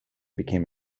became